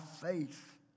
faith